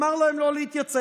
אמר להם לא להתייצב.